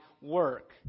work